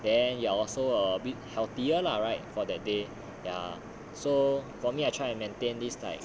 then you are also a bit healthier lah right for that day ya so for me I try and maintain this like